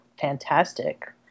fantastic